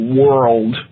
world